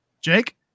Jake